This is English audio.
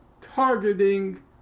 targeting